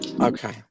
okay